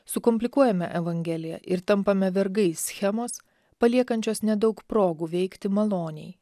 sukomplikuojame evangeliją ir tampame vergais schemos paliekančios nedaug progų veikti maloniai